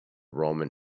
roman